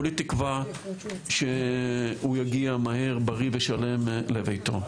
כולי תקווה שהוא יגיע מהר, בריא ושלם לביתו.